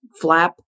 flap